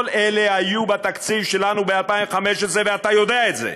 כל אלה היו בתקציב שלנו ב-2015, ואתה יודע את זה.